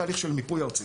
תהליך של מיפוי ארצי.